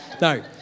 No